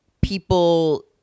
people